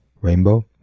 Rainbow